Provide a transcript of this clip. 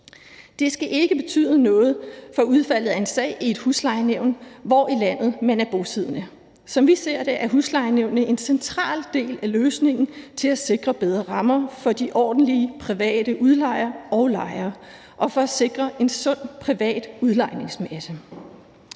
Det skal ikke betyde noget for udfaldet af en sag i et huslejenævn, hvor i landet man er bosiddende. Som vi ser det, er huslejenævnene en central del af løsningen til at sikre bedre rammer for de ordentlige private udlejere og lejere og for at sikre en sund privat udlejningsmasse.